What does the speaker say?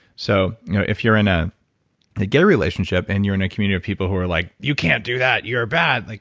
so you know if you're in a gay relationship and you're in a community of people who are like, you can't do that. you're bad. like